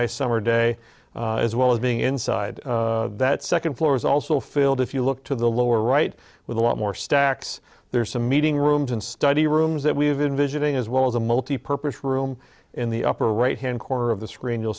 nice summer day as well as being inside that second floor is also filled if you look to the lower right with a lot more stacks there's a meeting rooms and study rooms that we have in visioning as well as a multipurpose room in the upper right hand corner of the screen you'll